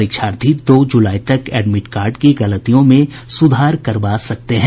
परीक्षार्थी दो जुलाई तक एडमिट कार्ड की गलतियों में सुधार करवा सकते हैं